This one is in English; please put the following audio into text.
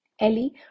Ellie